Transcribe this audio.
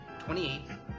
28